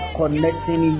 connecting